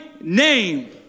name